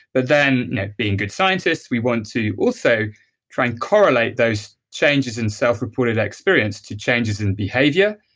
but then being good scientists, we want to also try and correlate those changes in self-reported experience to changes in behavior,